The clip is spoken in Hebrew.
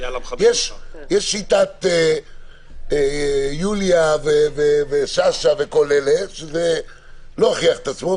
יש שיטת יוליה ושאשא וכל אלה שלא הוכיחה את עצמה,